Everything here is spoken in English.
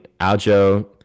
Aljo